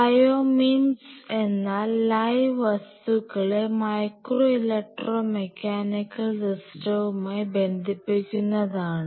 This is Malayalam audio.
ബയോ മിംസ് എന്നാൽ ലൈവ് വസ്തുക്കളെ മൈക്രോ ഇലക്ട്രോ മെക്കാനിക്കൽ സിസ്റ്റവുമായി ബന്ധിപ്പിക്കുന്നതാണ്